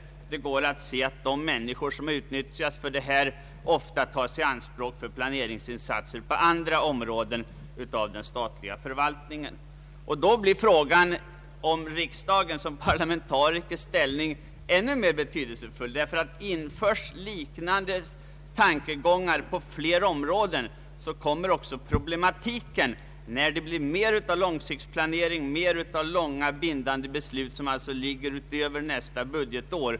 Man kan se att de människor som utnyttjas för detta arbete ofta tas i anspråk för planeringsinsatser på andra områden inom den statliga förvaltningen. Frågan om riksdagens ställning blir då ännu mer betydelsefull. Införes liknande tankegångar på fler områden måste nämligen också nya former finnas för riksdagens insyn när det blir mer vanligt med långsiktsplanering och beslut som är bindande på lång tid, dvs. ligger över nästföljande budgetår.